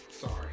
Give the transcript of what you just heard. sorry